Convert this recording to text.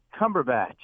Cumberbatch